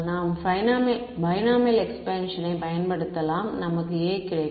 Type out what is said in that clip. நாம் பைனாமியல் எக்ஸ்பென்ஸனை பயன்படுத்தலாம் நமக்கு a கிடைக்கும்